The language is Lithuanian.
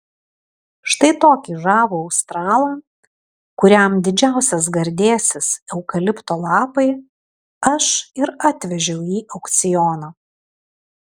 štai tokį žavų australą kuriam didžiausias gardėsis eukalipto lapai aš ir atvežiau į aukcioną